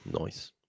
Nice